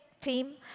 team